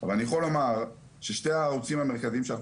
אבל אני יכול לומר ששני הערוצים המרכזיים שאנחנו